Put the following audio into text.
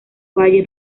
valle